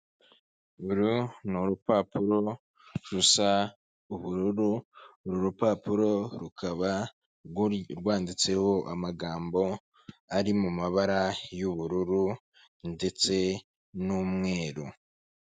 Uru ni urupapuro rusa ubururu, uru rupapuro rukaba rwanditseho amagambo ari mu mabara y’ubururu ndetse n’umweru.